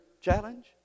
challenge